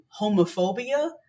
homophobia